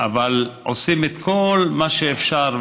אבל עושים את כל מה שאפשר.